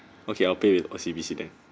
okay I'll pay with O_C_B_C bank